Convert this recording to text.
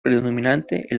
predominantemente